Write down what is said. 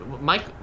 Mike